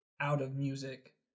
out-of-music